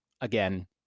Again